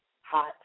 hot